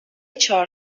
چهار